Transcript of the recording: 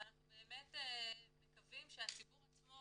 אבל אנחנו באמת מקווים שהציבור עצמו